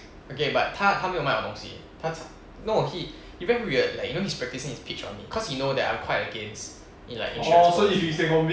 okay but 他他没有卖我东西他 no he he very weird like he is practicing his pitch on me cause he know that I'm quite against in like insurance policies